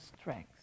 strength